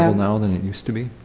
now now than it used be.